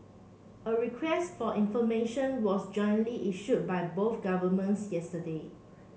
a request for information was jointly issued by both governments yesterday